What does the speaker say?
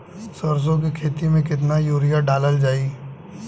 सरसों के खेती में केतना यूरिया डालल जाई?